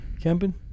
camping